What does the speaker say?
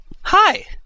Hi